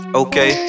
okay